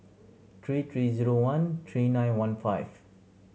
three three zero one three nine one five